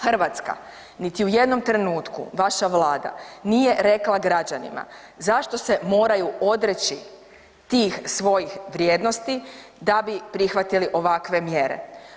Hrvatska niti u jednom trenutku, vaša Vlada nije rekla građanima zašto se moraju odreći tih svojim vrijednosti da bi prihvatili ovakve mjere.